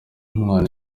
umwana